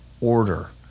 order